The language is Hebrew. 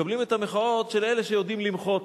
מקבלים את המחאות של אלה שיודעים למחות,